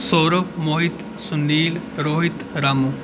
Saurabh Mohit Sunil Rohit Ramu